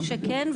בוודאי שכן.